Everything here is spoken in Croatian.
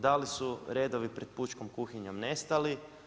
Da li su redovi pred pučkom kuhinjom nestali?